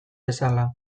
bezala